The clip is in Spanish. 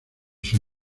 sus